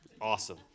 awesome